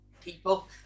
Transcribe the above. people